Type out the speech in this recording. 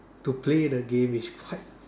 to play the game which quite